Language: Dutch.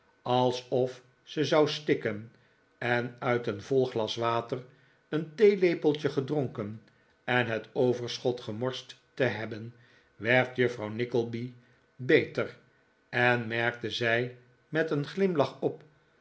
alsof ze zou stikken en uit een vol glas water een theelepeltje gedronken en het overschot gemorst te hebben werd juffrouw nickleby beter en merkte zij met een glimlach op